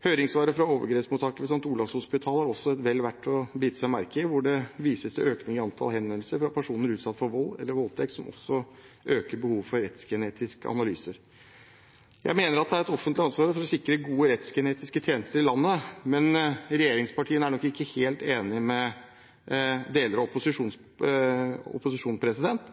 Høringssvaret fra overgrepsmottaket ved St. Olavs hospital er også vel verdt å bite seg merke i, hvor det vises til økning i antall henvendelser fra personer utsatt for vold eller voldtekt, som også øker behovet for rettsgenetiske analyser. Jeg mener at det er et offentlig ansvar å sikre gode rettsgenetiske tjenester i landet, men regjeringspartiene er nok ikke